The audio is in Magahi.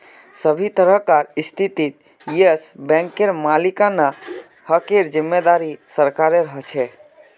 सभी तरहकार स्थितित येस बैंकेर मालिकाना हकेर जिम्मेदारी सरकारेर ह छे